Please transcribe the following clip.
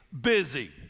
busy